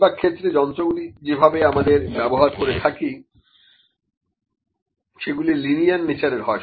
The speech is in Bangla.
বেশিরভাগ ক্ষেত্রে যন্ত্রগুলি যেগুলো আমরা ব্যবহার করে থাকি সেগুলি লিনিয়ার নেচারের হয়